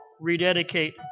rededicate